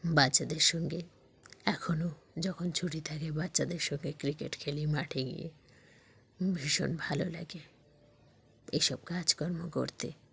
বাচ্চাদের সঙ্গে এখনও যখন ছুটি থাকে বাচ্চাদের সঙ্গে ক্রিকেট খেলি মাঠে গিয়ে ভীষণ ভালো লাগে এইসব কাজকর্ম করতে